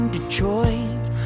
Detroit